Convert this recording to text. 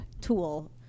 tool